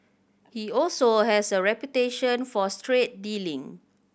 he also has a reputation for straight dealing